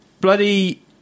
bloody